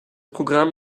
programm